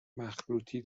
مخروطی